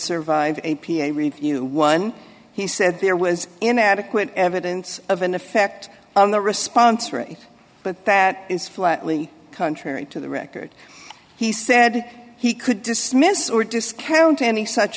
survive a p a review one he said there was inadequate evidence of an effect on the response rate but that is flatly contrary to the record he said he could dismiss or discount any such